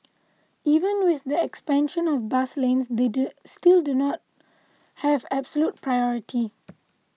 even with the expansion of bus lanes they still do not have absolute priority